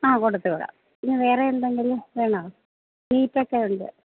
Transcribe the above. ആ കൊടുത്തു വിടാം പിന്നെ വേറെ എന്തെങ്കിലും വേണോ ബീഫൊക്കെയുണ്ട്